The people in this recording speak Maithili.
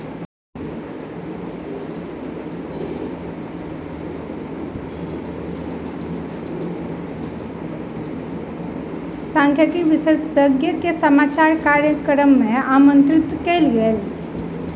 सांख्यिकी विशेषज्ञ के समाचार कार्यक्रम मे आमंत्रित कयल गेल